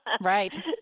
Right